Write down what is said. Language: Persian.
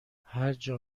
هرجا